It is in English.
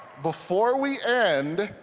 before we end,